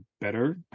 better